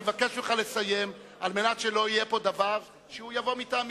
אני מבקש ממך לסיים על מנת שלא יהיה פה דבר שהוא יבוא מטעמי.